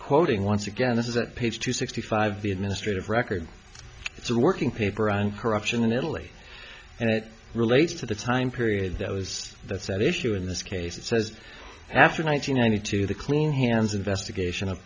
quoting once again this is at page two sixty five the administrative record it's working paper on corruption in italy and it relates to the time period that was that's at issue in this case it says after nine hundred ninety two the clean hands investigation of